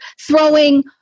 throwing